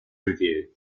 review